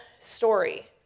story